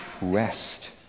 rest